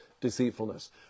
deceitfulness